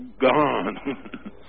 gone